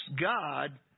god